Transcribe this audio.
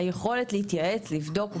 היכולת להתייעץ לבדוק קיימת,